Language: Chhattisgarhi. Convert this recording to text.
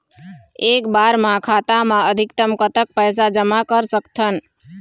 एक बार मा खाता मा अधिकतम कतक पैसा जमा कर सकथन?